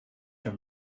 her